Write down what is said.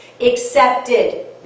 accepted